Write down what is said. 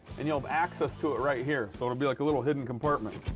and you'll have access to it right here, so it'll be like a little hidden compartment.